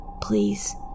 Please